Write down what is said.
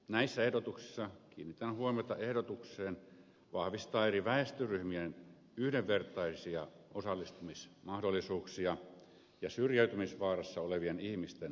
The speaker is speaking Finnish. näissä ehdotuksissa kiinnitän huomiota ehdotukseen vahvistaa eri väestöryhmien yhdenvertaisia osallistumismahdollisuuksia ja syrjäytymisvaarassa olevien ihmisten osallisuutta